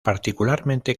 particularmente